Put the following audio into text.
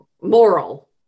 moral